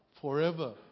forever